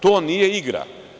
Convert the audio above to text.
To nije igra.